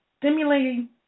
stimulating